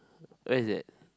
where is that